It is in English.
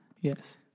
Yes